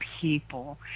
people